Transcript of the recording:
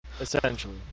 Essentially